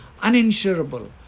uninsurable